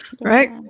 right